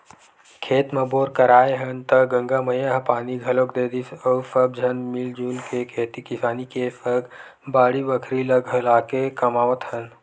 खेत म बोर कराए हन त गंगा मैया ह पानी घलोक दे दिस अउ सब झन मिलजुल के खेती किसानी के सग बाड़ी बखरी ल घलाके कमावत हन